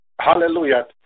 hallelujah